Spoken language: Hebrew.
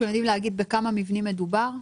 אתם יודעים להגיד בכמה מבנים מדובר?